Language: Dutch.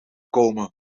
komen